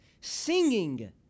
singing